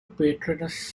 patroness